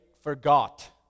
forgot